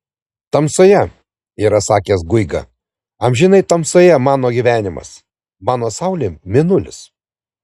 tamsoje yra sakęs guiga amžinai tamsoje mano gyvenimas mano saulė mėnulis